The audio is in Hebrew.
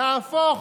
להפוך